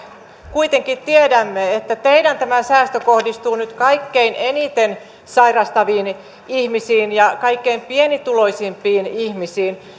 kuitenkin tiedämme että tämä teidän säästönne kohdistuu nyt kaikkein eniten sairastaviin ihmisiin ja kaikkein pienituloisimpiin ihmisiin